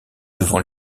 devant